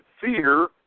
fear